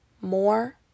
more